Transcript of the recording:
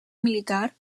militar